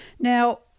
Now